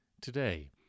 Today